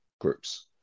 groups